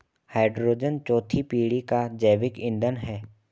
hydrogen चौथी पीढ़ी का जैविक ईंधन है